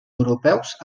europeus